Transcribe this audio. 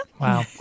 Wow